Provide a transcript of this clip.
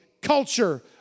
culture